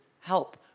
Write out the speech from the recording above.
Help